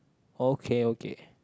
okay okay